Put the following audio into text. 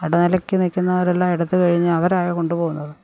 ഇടനിലക്ക് നില്ക്കുന്നവരെല്ലാം എടുത്തുകഴിഞ്ഞ അവരാ കൊണ്ടുപോകുന്നത്